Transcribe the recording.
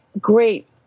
great